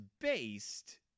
based